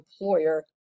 employer